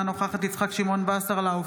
אינה נוכחת יצחק שמעון וסרלאוף,